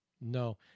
No